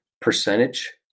percentage